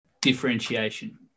differentiation